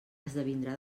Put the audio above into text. esdevindrà